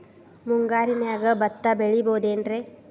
ಮುಂಗಾರಿನ್ಯಾಗ ಭತ್ತ ಬೆಳಿಬೊದೇನ್ರೇ?